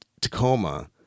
Tacoma